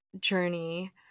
journey